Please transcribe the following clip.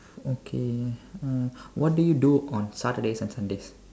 okay uh what do you do on Saturdays and Sundays